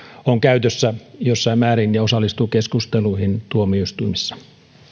on käytössä jossain määrin ja osallistuu keskusteluihin tuomioistuimissa